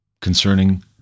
concerning